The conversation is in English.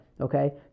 Okay